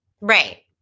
Right